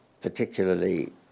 particularly